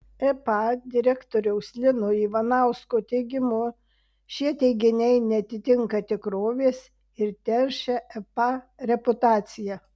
epa direktoriaus lino ivanausko teigimu šie teiginiai neatitinka tikrovės ir teršia epa reputaciją